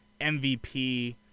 MVP